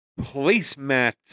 placemats